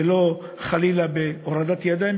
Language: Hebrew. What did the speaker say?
ולא חלילה בהורדת ידיים,